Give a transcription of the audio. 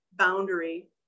boundary